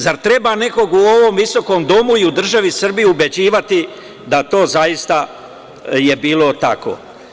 Zar treba nekog u ovom visokom domu i u državi Srbiji ubeđivati da to zaista je bilo tako?